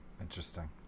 Interesting